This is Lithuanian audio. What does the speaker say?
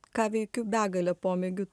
ką veikiu begalę pomėgių